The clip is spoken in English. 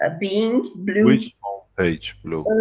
ah being, blue? which home page blue?